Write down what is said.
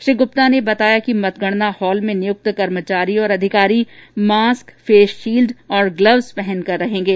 श्री ग्रप्ता ने बताया कि मतगणना हॉल में नियुक्त कर्मचारी और अधिकारी मास्क फेस शील्ड और ग्लवज पहन कर रहेंगे